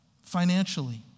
financially